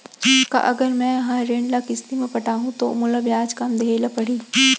का अगर मैं हा ऋण ल किस्ती म पटाहूँ त मोला ब्याज कम देहे ल परही?